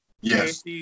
Yes